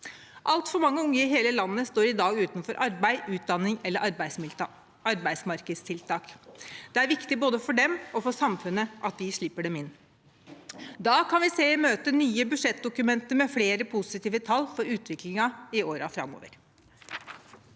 Altfor mange unge i hele landet står i dag utenfor arbeid, utdanning eller arbeidsmarkedstiltak. Det er viktig både for dem og for samfunnet at vi slipper dem inn. Da kan vi se i møte nye budsjettdokumenter med flere positive tall for utviklingen i årene framover.